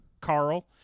Carl